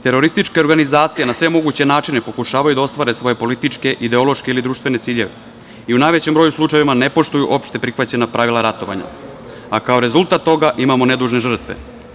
Terorističke organizacije na sve moguće načine pokušavaju da ostvare svoje političke, ideološke ili društvene ciljeve i u najvećem broju slučajeva ne poštuju opšte prihvaćena pravila ratovanja, a kao rezultat toga imamo nedužne žrtve.